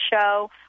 Show